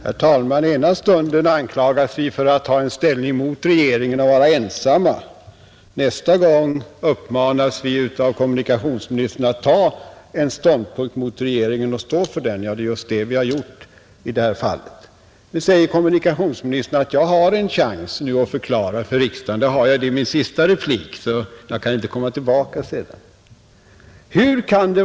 Fru talman! Ena stunden anklagas vi för att ta ställning mot regeringen och för att vara ensamma och nästa stund uppmanas vi av kommunikationsministern att ta en ståndpunkt mot regeringen och stå för den. Ja, det är just det vi har gjort i det här fallet. Nu säger kommunikationsministern att jag har en chans att förklara för riksdagen, Det har jag; det är min sista replik, så jag kan inte komma tillbaka sedan.